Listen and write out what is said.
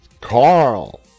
Carl